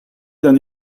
d’un